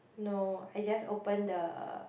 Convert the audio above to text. no I just open the